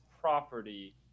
property